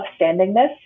upstandingness